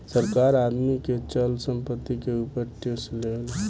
सरकार आदमी के चल संपत्ति के ऊपर टैक्स लेवेला